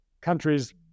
countries